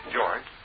George